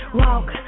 walk